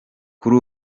kuri